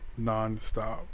nonstop